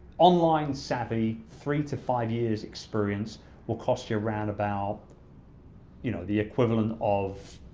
online savvy, three to five years experience will cost you around about you know the equivalent of